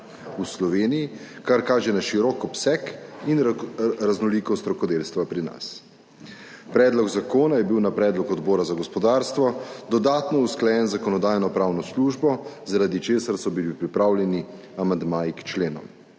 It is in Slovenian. v Sloveniji, kar kaže na širok obseg in raznolikost rokodelstva pri nas. Predlog zakona je bil na predlog Odbora za gospodarstvo dodatno usklajen z Zakonodajno-pravno službo, zaradi česar so bili pripravljeni amandmaji k členom.